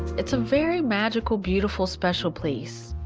it's a very magical beautiful special place.